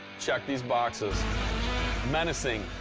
check these boxes menacing,